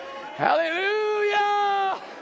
Hallelujah